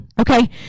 okay